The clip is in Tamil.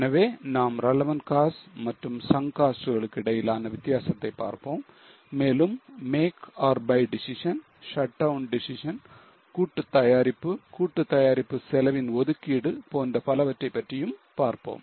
எனவே நாம் relevant cost மற்றும் sunk costs களுக்கு இடையிலான வித்தியாசத்தை பார்ப்போம் மேலும் make or buy decision shutdown decision கூட்டுத் தயாரிப்பு கூட்டுத் தயாரிப்பு செலவின் ஒதுக்கீடு போன்ற பலவற்றையும் பார்ப்போம்